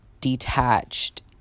detached